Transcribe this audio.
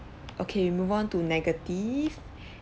okay move on to negative